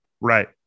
Right